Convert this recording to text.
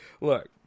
look